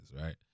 right